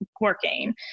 working